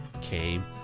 came